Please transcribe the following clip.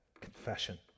confession